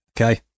Okay